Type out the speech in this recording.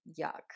yuck